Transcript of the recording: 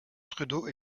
trudeau